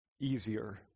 easier